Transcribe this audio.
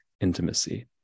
intimacy